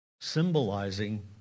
symbolizing